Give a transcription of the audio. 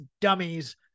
dummies